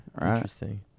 Interesting